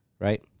Right